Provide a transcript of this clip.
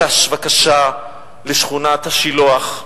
גש בבקשה לשכונת השילוח,